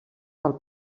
del